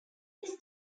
this